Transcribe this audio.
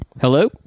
Hello